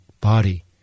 body